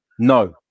No